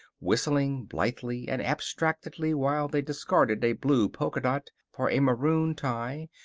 whistling blithely and abstractedly while they discarded a blue polka-dot for a maroon tie,